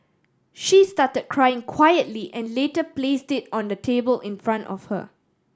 she started crying quietly and later placed it on the table in front of her